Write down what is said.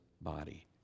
body